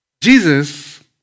Jesus